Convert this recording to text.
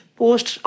post